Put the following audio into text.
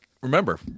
remember